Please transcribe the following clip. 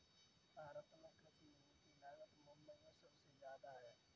भारत में कृषि भूमि की लागत मुबई में सुबसे जादा है